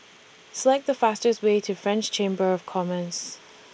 Select The fastest Way to French Chamber of Commerce